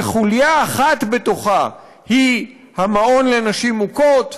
שחוליה אחת בתוכה היא המעון לנשים מוכות,